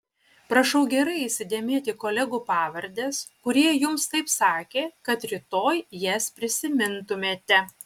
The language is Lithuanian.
prašau gerai įsidėmėti kolegų pavardes kurie jums taip sakė kad rytoj jas prisimintumėte